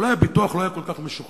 אולי הביטוח לא היה כל כך משוכלל.